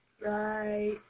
Right